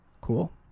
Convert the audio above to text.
Cool